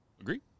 Agree